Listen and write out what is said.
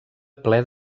ple